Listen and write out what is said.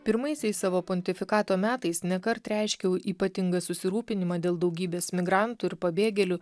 pirmaisiais savo pontifikato metais nekart reiškiau ypatingą susirūpinimą dėl daugybės migrantų ir pabėgėlių